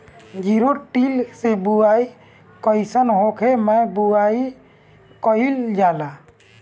Zero till से बुआई कयिसन खेते मै बुआई कयिल जाला?